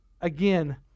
again